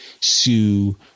Sue